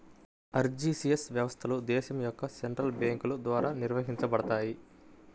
RTGS వ్యవస్థలు దేశం యొక్క సెంట్రల్ బ్యేంకుల ద్వారా నిర్వహించబడతయ్